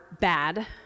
bad